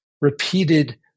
repeated